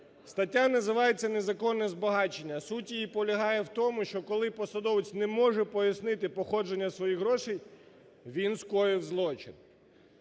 Стаття називається "Незаконне збагачення". Суть її полягає в тому, що коли посадовець не може пояснити походження своїх грошей, він скоїв злочин.